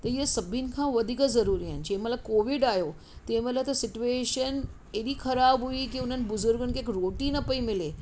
त इहा सभिनि खां वधीक ज़रूरी आहिनि जंहिं महिल कोविड आहियो तंहिं महिल त सिट्वेशन हेॾी ख़राबु हुई की हुननि बुज़ुर्गनि खे हिकु रोटी न पेई मिले